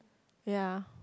ya